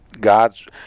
God's